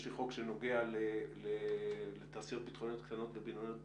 חוק שנוגע לתעשיות ביטחוניות קטנות ובינוניות בכלל,